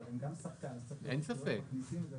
אבל הם שחקן חשוב.